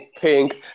pink